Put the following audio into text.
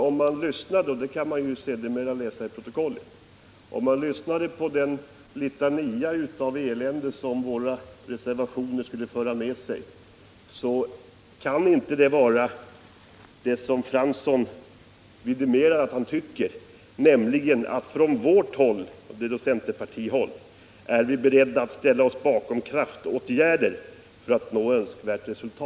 Om man lyssnade till Nils Åslings litania om det elände som ett bifall till våra reservationer skulle föra med sig — vi kan sedermera läsa detta i protokollet — kan man inte få det att stämma med det som Arne Fransson vidimerade, nämligen att man från centerhåll är beredd att ställa upp bakom kraftåtgärder för att nå önskvärt resultat.